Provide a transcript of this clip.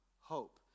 hope